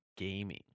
gaming